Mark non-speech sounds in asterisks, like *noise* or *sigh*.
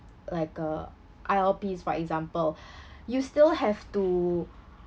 like a I_L_Ps for example *breath* you still have to